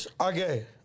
okay